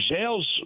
jail's